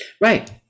right